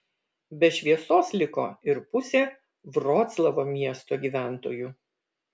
be šviesos liko ir pusė vroclavo miesto gyventojų